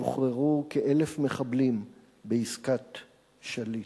שוחררו כ-1,000 מחבלים בעסקת שליט.